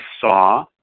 saw